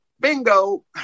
bingo